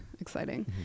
exciting